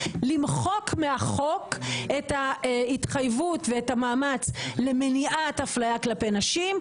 למחוק מהחוק את ההתחייבות ואת המאמץ למניעת אפליה כלפי נשים,